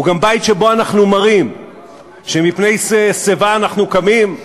הוא גם בית שבו אנחנו מראים שמפני שיבה אנחנו קמים,